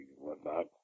whatnot